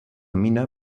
mina